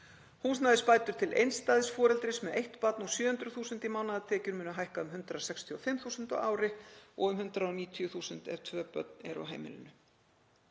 Húsnæðisbætur til einstæðs foreldris með eitt barn og 700.000 í mánaðartekjur munu hækka um 165.000 á ári og um 190.000 ef tvö börn eru á heimilinu.